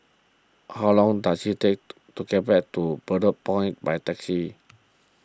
how long does it take to get to Bedok Point by taxi